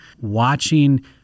watching